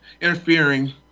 interfering